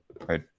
Right